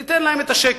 ניתן להם את השקט,